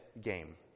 game